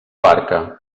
barca